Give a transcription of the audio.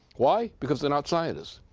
why? because they're not scientists.